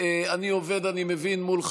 ממשלה הנאשם בפלילים,